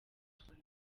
bitwaye